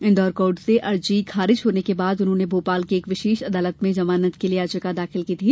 Indore court से अर्जी खारिज होने के बाद उन्होंने भोपाल की एक विशेष अदालत में जमानत के लिए याचिका दाखिल की थी